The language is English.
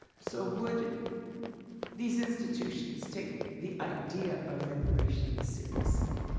so would these institutions take the idea of reparations seriously?